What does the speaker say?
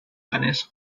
manganeso